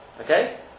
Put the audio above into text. Okay